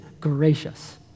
gracious